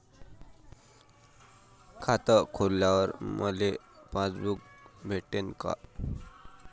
खातं खोलल्यावर मले पासबुक भेटन का?